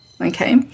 Okay